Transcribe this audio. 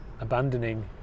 abandoning